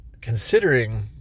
considering